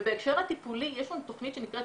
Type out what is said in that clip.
ובהקשר הטיפולי יש לנו תכנית שנקראת